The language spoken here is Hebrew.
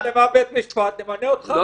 שבית משפט ימנה אותך --- הוא המוציא להורג.